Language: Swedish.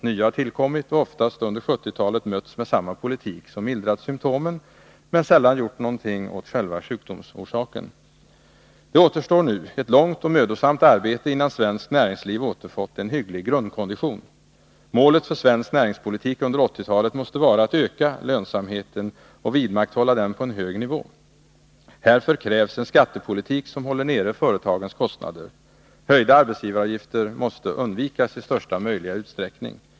Nya har tillkommit och oftast under 1970-talet mötts med samma politik som mildrat symtomen — men sällan gjort någonting åt själva sjukdomsorsaken. Det återstår nu ett långt och mödosamt arbete innan svenskt näringsliv återfått en hygglig grundkondition. Målet för svensk näringspolitik under 1980-talet måste vara att öka lönsamheten och vidmakthålla den på en hög nivå. Härför krävs en skattepolitik som håller nere företagens kostnader. Höjda arbetsgivaravgifter måste undvikas i största möjliga utsträckning!